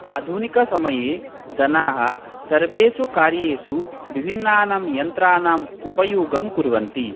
आधुनिकसमये जनाः सर्वेषु कार्येषु विभिन्नानां यन्त्राणाम् उपयोगं कुर्वन्ति